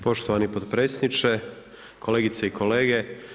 Poštovani potpredsjedniče, kolegice i kolege.